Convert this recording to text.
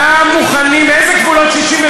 גבולות 67' אינם מוכנים, איזה גבולות 67'?